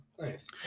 nice